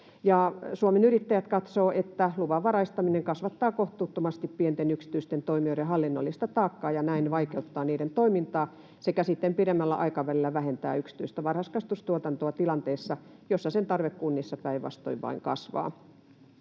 Suomen Yrittäjät katsoo, että luvanvaraistaminen kasvattaa kohtuuttomasti pienten yksityisten toimijoiden hallinnollista taakkaa ja näin vaikeuttaa niiden toimintaa sekä sitten pidemmällä aikavälillä vähentää yksityistä varhaiskasvatustuotantoa tilanteessa, jossa sen tarve kunnissa päinvastoin vain kasvaa.